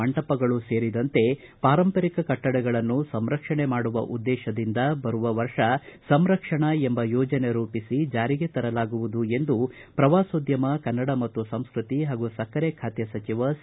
ಮಂಟಪಗಳು ಸೇರಿದಂತೆ ಪಾರಂಪರಿಕ ಕಟ್ಟಡಗಳನ್ನು ಸಂರಕ್ಷಣೆ ಮಾಡುವ ಉದ್ದೇಶದಿಂದ ಬರುವ ವರ್ಷ ಸಂರಕ್ಷಣ ಎಂಬ ಯೋಜನೆ ರೂಪಿಸಿ ಜಾರಿಗೆ ತರಲಾಗುವುದು ಎಂದು ಪ್ರವಾಸೋದ್ಯಮ ಕನ್ನಡ ಮತ್ತು ಸಂಸ್ಕೃತಿ ಹಾಗೂ ಸಕ್ಕರೆ ಖಾತೆ ಸಚಿವ ಸಿ